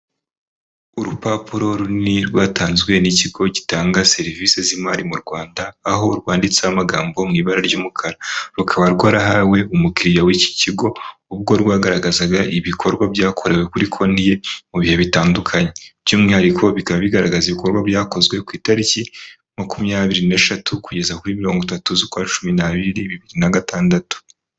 Urupapuro runini rwatanzwe n'ikigo gitanga serivise z'imari mu Rwanda, aho rwanditseho amagambo mu ibara ry'umukara. Rukaba rwarahawe umukiriya w'iki kigo ubwo rwagaragazaga ibikorwa byakorewe kuri konti ye mu bihe bitandukanye, by'umwihariko bikaba bigaragaza ibikorwa byakozwe ku itariki makumyabiri n'eshatu kugeza kuri mirongo itatu z'ukwa cumi n'abiri, bibiri na gatandatu.